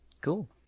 Cool